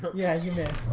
so yeah, you missed